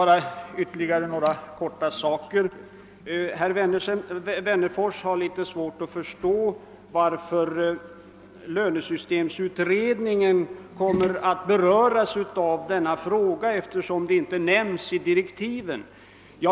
Herr talman! Herr Wennerfors har litet svårt att förstå varför lönesystemsutredningen kommer att beröra frågan om deltidsanställning eftersom den inte nämns i direktiven.